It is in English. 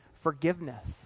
Forgiveness